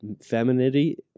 femininity